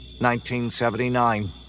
1979